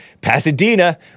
Pasadena